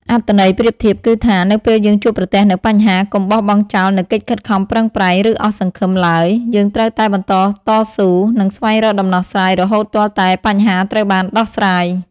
អត្ថន័យប្រៀបធៀបគឺថា នៅពេលយើងជួបប្រទះនូវបញ្ហា កុំបោះបង់ចោលនូវកិច្ចខិតខំប្រឹងប្រែង ឬអស់សង្ឃឹមឡើយ យើងត្រូវតែបន្តតស៊ូ និងស្វែងរកដំណោះស្រាយរហូតទាល់តែបញ្ហាត្រូវបានដោះស្រាយ។